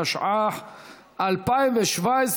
התשע"ח 2017,